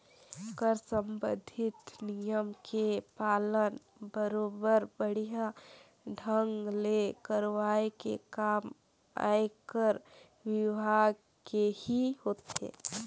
कर संबंधित नियम के पालन बरोबर बड़िहा ढंग ले करवाये के काम आयकर विभाग केही होथे